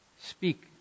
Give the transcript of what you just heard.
Speak